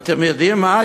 אתם יודעים מה?